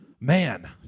Man